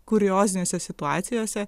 kuriozinėse situacijose